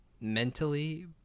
mentally